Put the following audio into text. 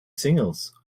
singles